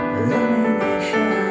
illumination